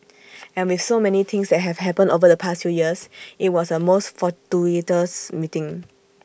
as with so many things that have happened over the past few years IT was A most fortuitous meeting